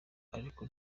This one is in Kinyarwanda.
ariko